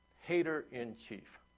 Hater-in-Chief